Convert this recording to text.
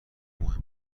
مهم